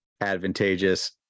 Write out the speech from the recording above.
advantageous